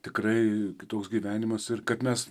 tikrai kitoks gyvenimas ir kad mes